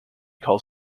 calls